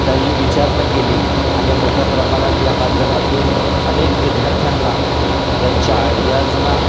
त्याची विचारणा केली आणि मोठ्या प्रमाणात या माध्यमातून अनेक विद्यार्थ्यांना त्यांच्या आयडियाजना